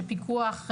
שפיקוח,